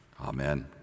Amen